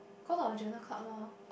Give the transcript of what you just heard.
cause of the journal club lor